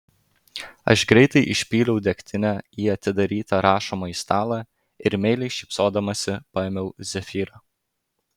aš greitai išpyliau degtinę į atidarytą rašomąjį stalą ir meiliai šypsodamasi paėmiau zefyrą